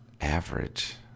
average